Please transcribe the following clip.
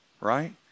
Right